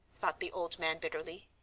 thought the old man bitterly.